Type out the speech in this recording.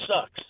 sucks